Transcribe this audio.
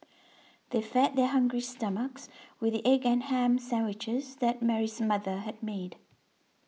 they fed their hungry stomachs with the egg and ham sandwiches that Mary's mother had made